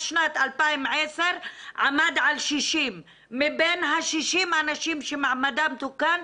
שנת 2010 עמד על 60. מבין ה-60 אנשים שמעמדם תוקן,